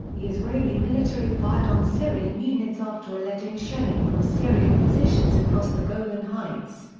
the israeli military fired on syrian units after alleging shelling from syrian positions across the golan heights.